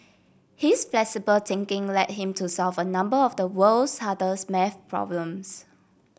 his flexible thinking led him to solve a number of the world's hardest math problems